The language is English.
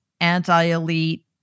anti-elite